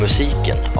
Musiken